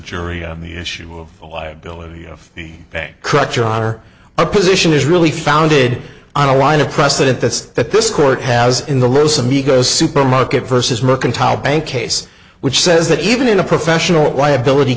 jury on the issue of the liability of the bank correct your honor my position is really founded on a line of precedent this that this court has in the los amigos supermarket versus mercantile bank case which says that even in a professional liability